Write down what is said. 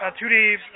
2D